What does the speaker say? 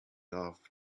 off